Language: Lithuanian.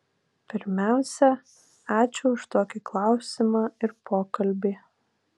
pirmiausia ačiū už tokį klausimą ir pokalbį